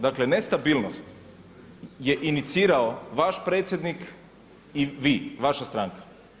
Dakle, nestabilnost je inicirao vaš predsjednik i vi, vaša stranka.